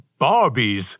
Barbies